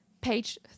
page